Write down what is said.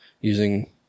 Using